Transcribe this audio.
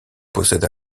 possède